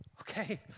okay